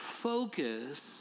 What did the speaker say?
focus